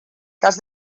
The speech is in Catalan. cas